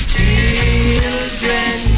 Children